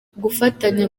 gufatanya